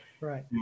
right